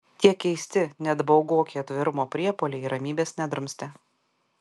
tie keisti net baugoki atvirumo priepuoliai ramybės nedrumstė